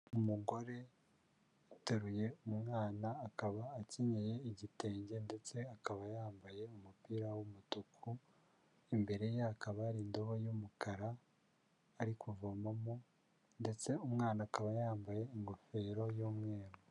Umugore uteruye umwana akaba akenyeye igitenge ndetse akaba yambaye umupira w'umutuku, imbere ye hakaba hari indobo y'umukara ari kuvomamo ndetse umwana akaba yambaye ingofero y'umweru.